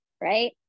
Right